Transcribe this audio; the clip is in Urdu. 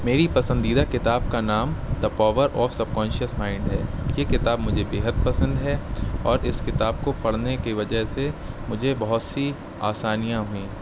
میری پسندیدہ کتاب کا نام the power of subconscious mind ہے یہ کتاب مجھے بےحد پسند ہے اور اس کتاب کو پڑھنے کے وجہ سے مجھے بہت سی آسانیاں ہوئیں